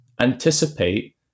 anticipate